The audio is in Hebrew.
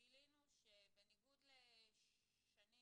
גילינו שבניגוד לשנים